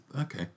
okay